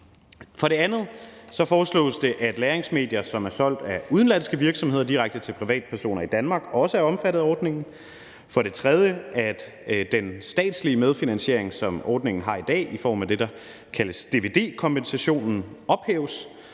For det andet foreslås det, at lagringsmedier, som er solgt af udenlandske virksomheder direkte til privatpersoner i Danmark, også er omfattet af ordningen, og for det tredje, at den statslige medfinansiering, som ordningen har i dag, i form af det, der kaldes dvd-kompensationen, ophæves.